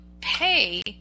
pay